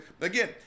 Again